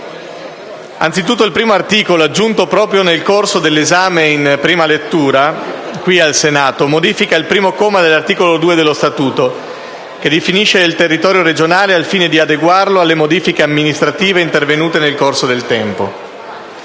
Anzitutto, il primo articolo, aggiunto proprio nel corso dell'esame in prima lettura al Senato, modifica il primo comma dell'articolo 2 dello Statuto, che definisce il territorio regionale, al fine di adeguarlo alle modifiche amministrative intervenute nel corso del tempo.